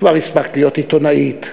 כבר הספקת להיות עיתונאית,